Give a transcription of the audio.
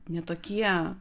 ne tokie